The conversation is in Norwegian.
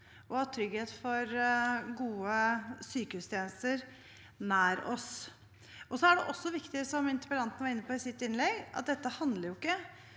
ha trygghet for gode sykehustjenester nær oss. Det er også viktig, som interpellanten var inne på i sitt innlegg, at dette handler om